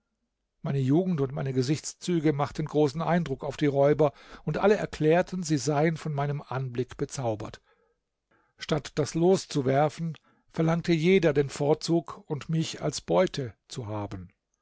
meine jugend und meine gesichtszüge machten großen eindruck auf die räuber und alle erklärten sie seien von meinem anblick bezaubert statt das los zu werfen verlangte jeder den vorzug und mich als beute zu haben